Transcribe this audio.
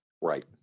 Right